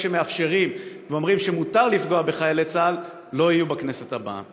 שמאפשרים ואומרים שמותר לפגוע בחיילי צה"ל לא יהיו בכנסת הבאה.